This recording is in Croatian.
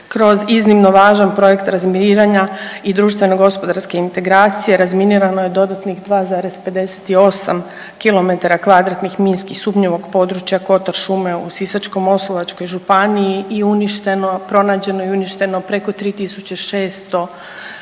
Kroz iznimno važan projekt razminiranja i društveno gospodarske integracije razminirano je dodatnih 2,58 kilometara kvadratnih minski sumnjivog područja Kotar šume u Sisačko-moslavačkoj županiji i uništeno, pronađeno i uništeno preko 3.600